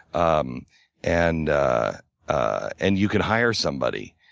um and and you can hire somebody.